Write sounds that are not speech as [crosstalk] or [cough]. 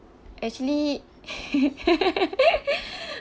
actually [laughs]